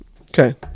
Okay